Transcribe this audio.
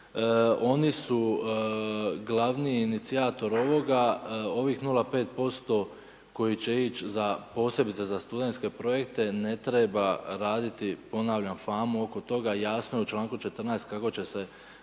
Oni su glavni inicijator ovoga ovih 0,5% koji će ići. Posebice za studentske projekte ne treba raditi ponavljam famu oko toga jasno u članku 14. kako će se